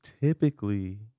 typically